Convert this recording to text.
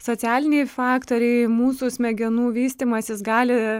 socialiniai faktoriai mūsų smegenų vystymasis gali